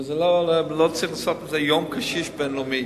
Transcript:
ולא צריך לעשות יום קשיש בין-לאומי.